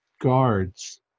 guards